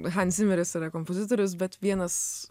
han zimeris yra kompozitorius bet vienas